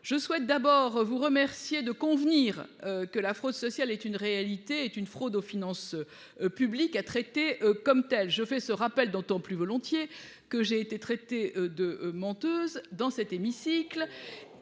Je souhaite d'abord vous remercier de convenir que la fraude sociale est une réalité est une fraude aux finances. Publiques a traiter comme tel, je fais ce rappel d'autant plus volontiers que j'ai été traitée de menteuse dans cet hémicycle